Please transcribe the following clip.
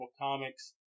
Comics